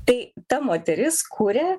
tai ta moteris kuria